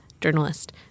journalist